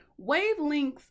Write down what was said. wavelengths